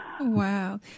Wow